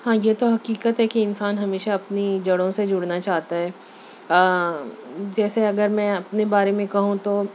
ہاں یہ تو حقیقت ہے کہ انسان ہمیشہ اپنی جڑوں سے جڑنا چاہتا ہے جیسے اگر میں اپنے بارے میں کہوں تو